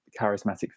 charismatic